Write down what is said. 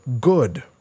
good